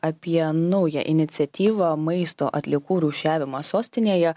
apie naują iniciatyvą maisto atliekų rūšiavimą sostinėje